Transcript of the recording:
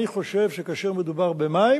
אני חושב שכאשר מדובר במים,